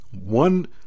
One